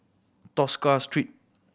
Tosca Street